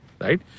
Right